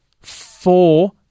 four